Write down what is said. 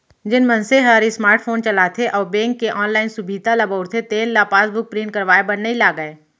जेन मनसे हर स्मार्ट फोन चलाथे अउ बेंक के ऑनलाइन सुभीता ल बउरथे तेन ल पासबुक प्रिंट करवाए बर नइ लागय